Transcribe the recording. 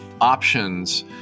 options